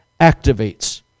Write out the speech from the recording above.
activates